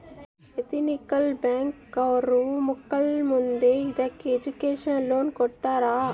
ethical bank ಅವ್ರು ಮಕ್ಳು ಮುಂದೆ ಇದಕ್ಕೆ ಎಜುಕೇಷನ್ ಲೋನ್ ಕೊಡ್ತಾರ